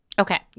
Okay